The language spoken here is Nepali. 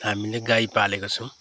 हामीले गाई पालेको छौँ